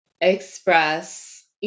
express